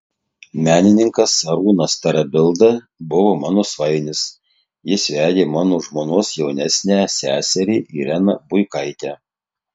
menininkas arūnas tarabilda buvo mano svainis jis vedė mano žmonos jaunesnę seserį ireną buikaitę